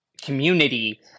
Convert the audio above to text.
community